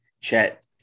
Chet